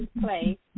play